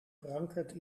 verankerd